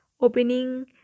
opening